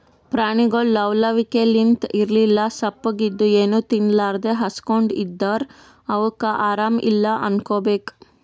ಪ್ರಾಣಿಗೊಳ್ ಲವ್ ಲವಿಕೆಲಿಂತ್ ಇರ್ಲಿಲ್ಲ ಸಪ್ಪಗ್ ಇದ್ದು ಏನೂ ತಿನ್ಲಾರದೇ ಹಸ್ಕೊಂಡ್ ಇದ್ದರ್ ಅವಕ್ಕ್ ಆರಾಮ್ ಇಲ್ಲಾ ಅನ್ಕೋಬೇಕ್